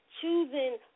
choosing